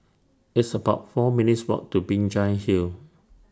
It's about four minutes' Walk to Binjai Hill